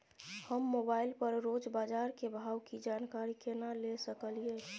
हम मोबाइल पर रोज बाजार के भाव की जानकारी केना ले सकलियै?